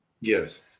Yes